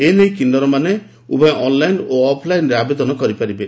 ଏ ନେଇ କିନ୍ନରମାନେ ଉଭୟ ଅନଲାଇନ ଓ ଅଫ୍ଲାଇନରେ ଆବେଦନ କରିପାରିବେ